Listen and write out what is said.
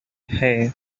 hey